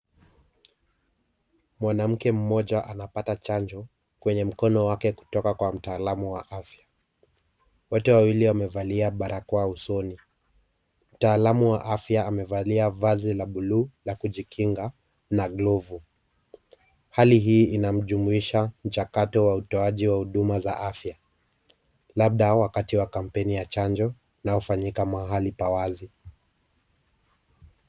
Mwanamke mmoja anapata chanjo kwenye mkono wake kutoka kwa mtaalamu wa afya. Wote wawili wamevalia barakoa usoni. Mtaalamu wa afya amevalia vazi la blue la kujikinga na glovu. Hali hii inajumuisha mchakato wa utoaji wa huduma za afya labda wakati wa kampeni ya chanjo inayofanyika mahali pa wazi.